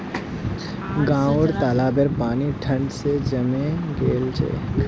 गांउर तालाबेर पानी ठंड स जमें गेल छेक